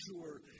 sure